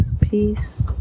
peace